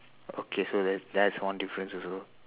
okay so that's that's one difference also